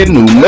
New